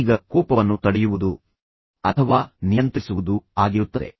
ಈಗ ಕೋಪವನ್ನು ತಡೆಯುವುದು ಅಥವಾ ನಿಯಂತ್ರಿಸುವುದು ಆಗಿರುತ್ತದೆ